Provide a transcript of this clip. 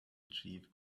achieve